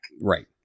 Right